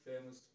famous